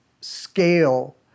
scale